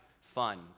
fun